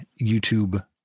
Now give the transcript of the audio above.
youtube